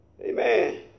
Amen